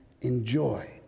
enjoy